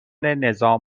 نظام